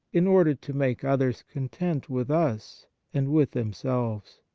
in order to make others content with us and with themselves.